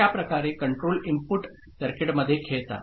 अशा प्रकारे control input सर्किटमध्ये खेळतात